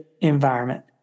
environment